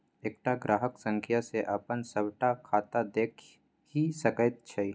एकटा ग्राहक संख्या सँ अपन सभटा खाता देखि सकैत छी